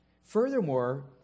Furthermore